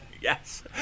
Yes